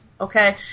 Okay